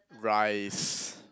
rice